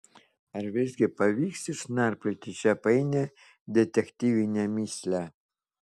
ar visgi pavyks išnarplioti šią painią detektyvinę mįslę